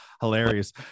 hilarious